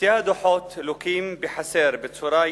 שני הדוחות לוקים בחסר בצורה יסודית,